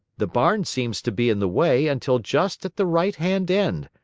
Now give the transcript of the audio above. the barn seems to be in the way until just at the right-hand end,